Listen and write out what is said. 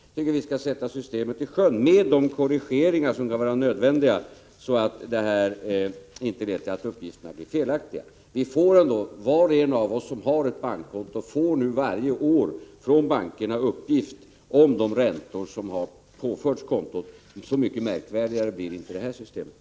Jag tycker att vi nu skall sätta systemet i sjön, med de korrigeringar som kan vara nödvändiga för att uppgifterna inte skall bli felaktiga. Var och en av oss som har ett bankkonto får nu varje år från bankerna uppgift om de räntor som har påförts kontot. Så mycket mera invecklat blir inte det nya systemet.